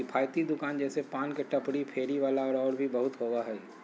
किफ़ायती दुकान जैसे पान के टपरी, फेरी वाला और भी बहुत होबा हइ